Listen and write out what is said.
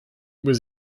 was